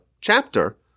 chapter